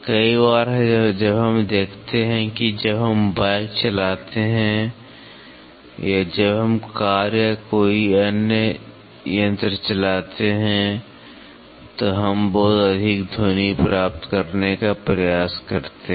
कई बार जब हम देखते हैं कि जब हम बाइक चलाते हैं या जब हम कार या कोई अन्य यंत्र चलाते हैं तो हम बहुत अधिक ध्वनि प्राप्त करने का प्रयास करते हैं